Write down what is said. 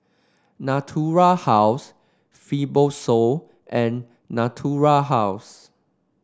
Natura House Fibrosol and Natura House